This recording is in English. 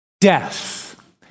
death